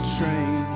train